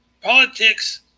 Politics